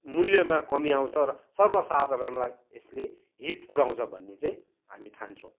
मूल्यमा कमी आउँछ र सर्वसाधारणलाई यसले हित पुर्याउँछ भन्ने चाहिँ हामी ठान्छौँ